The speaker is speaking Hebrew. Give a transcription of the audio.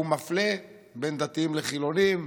והוא מפלה בין דתיים לחילונים,